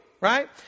right